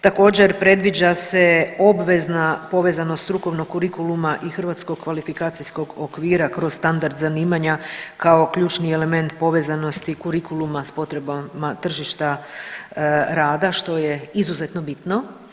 Također predviđa se obvezna povezanost strukovnog kurikuluma i hrvatskog kvalifikacijskog okvira kroz standard zanimanja kao ključni element povezanosti kurikuluma s potrebama tržišta rada, što je izuzetno bitno.